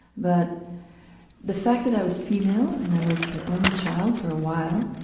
but the fact that i was female and i was her only child for a while,